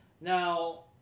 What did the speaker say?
Now